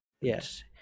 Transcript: yes